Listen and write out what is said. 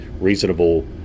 reasonable